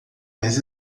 mais